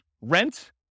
rent